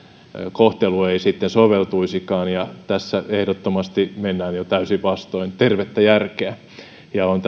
kohtelu ei soveltuisikaan tässä ehdottomasti mennään jo täysin vastoin tervettä järkeä ja on